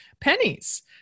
pennies